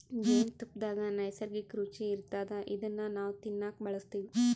ಜೇನ್ತುಪ್ಪದಾಗ್ ನೈಸರ್ಗಿಕ್ಕ್ ರುಚಿ ಇರ್ತದ್ ಇದನ್ನ್ ನಾವ್ ತಿನ್ನಕ್ ಬಳಸ್ತಿವ್